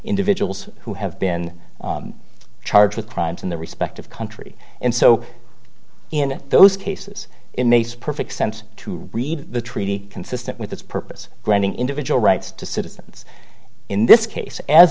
individuals who have been charged with crimes in their respective country and so in those cases inmates perfect sense to read the treaty consistent with its purpose granting individual rights to citizens in this case as